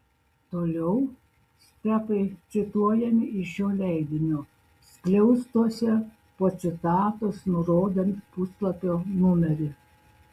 toliau stepai cituojami iš šio leidinio skliaustuose po citatos nurodant puslapio numerį